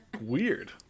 Weird